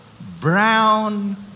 brown